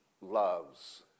loves